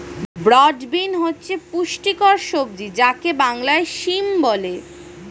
broad bean হচ্ছে পুষ্টিকর সবজি যাকে বাংলায় সিম বলে